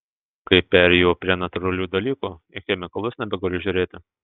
kai perėjau prie natūralių dalykų į chemikalus nebegaliu žiūrėti